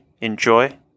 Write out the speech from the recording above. Enjoy